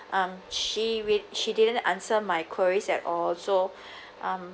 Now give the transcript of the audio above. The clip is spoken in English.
(M) she re~ she didn't answer my queries at all so um